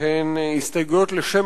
לפני כן,